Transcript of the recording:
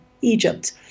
Egypt